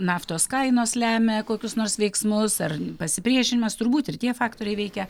naftos kainos lemia kokius nors veiksmus ar pasipriešinimas turbūt ir tie faktoriai veikia